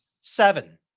Seven